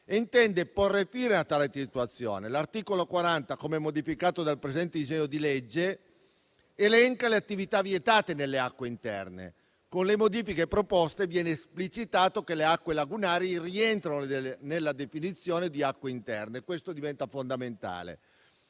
intende porre fine a tale situazione. L'articolo 40, come modificato dal presente disegno di legge, elenca le attività vietate nelle acque interne. Con le modifiche proposte viene esplicitato che le acque lagunari rientrano nella definizione di acque interne: questo diventa fondamentale.